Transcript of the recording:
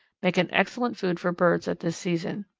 make an excellent food for birds at this season.